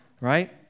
right